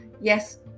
yes